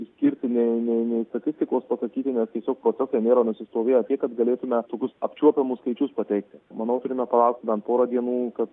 išskirti nei nei nei statistikos pasakyti nes tiesiog procesai nėra nusistovėję ant tiek kad galėtume tokius apčiuopiamus skaičius pateikti manau turime palauk man porą dienų kad